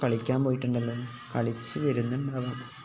കളിക്കാൻ പോയിട്ടുണ്ടല്ലോ കളിച്ചു വരുന്നുണ്ടാകാം